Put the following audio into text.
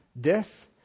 Death